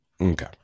Okay